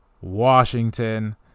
Washington